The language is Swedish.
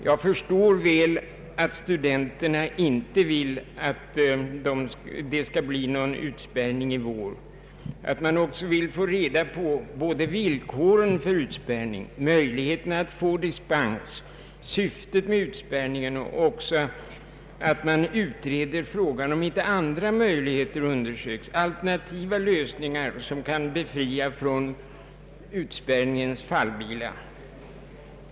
Jag förstår väl att studenterna inte vill att det skall bli någon utspärrning i vår, att de önskar få reda på villkoren för utspärrning, möjligheterna att få dispens och syftet med utspärrningen samt att de önskar att man undersöker andra möjligheter, alternativa lösningar, som kan befria från utspärrningens fallbila.